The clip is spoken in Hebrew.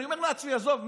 אני אומר לעצמי: עזוב,